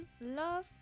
love